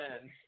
men